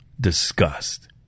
disgust